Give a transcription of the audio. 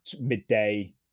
midday